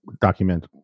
document